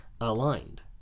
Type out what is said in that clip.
aligned